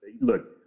look